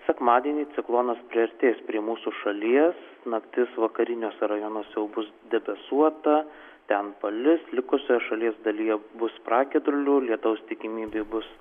sekmadienį ciklonas priartės prie mūsų šalies naktis vakariniuose rajonuose jau bus debesuota ten palis likusioje šalies dalyje bus pragiedrulių lietaus tikimybė bus